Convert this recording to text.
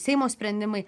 seimo sprendimai